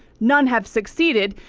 none have succeeded.